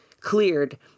cleared